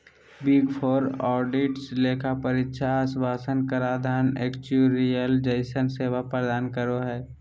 big four auditors लेखा परीक्षा आश्वाशन कराधान एक्चुरिअल जइसन सेवा प्रदान करो हय